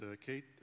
Kate